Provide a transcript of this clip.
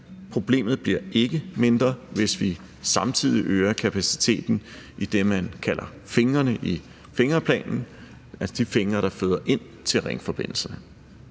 problemet bliver ikke mindre, hvis vi samtidig øger kapaciteten i det, man kalder fingrene i fingerplanen, altså de fingre, der føder ind til ringforbindelserne.